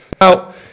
Now